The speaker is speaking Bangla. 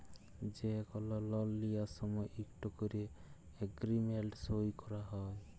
যে কল লল লিয়ার সময় ইকট ক্যরে এগ্রিমেল্ট সই ক্যরা হ্যয়